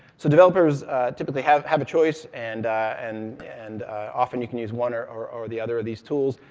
so developers typically have have a choice, and and and often you can use one or or the other of these tools.